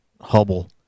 hubble